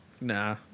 Nah